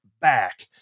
back